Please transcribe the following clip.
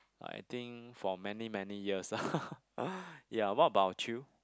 I think for many many years lah ya what about you